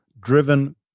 driven